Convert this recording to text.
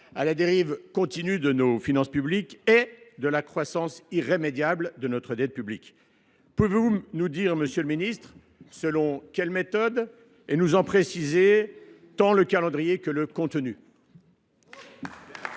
à la dérive continue de nos finances publiques et à la croissance irrémédiable de notre dette publique. Pouvez vous nous dire, monsieur le ministre, selon quelle méthode vous comptez procéder et nous préciser tant le calendrier que le contenu